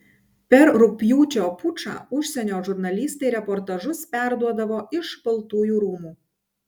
per rugpjūčio pučą užsienio žurnalistai reportažus perduodavo iš baltųjų rūmų